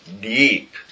deep